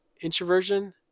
Introversion